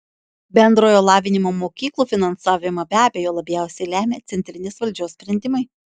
bendrojo lavinimo mokyklų finansavimą be abejo labiausiai lemia centrinės valdžios sprendimai